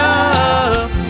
up